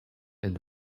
and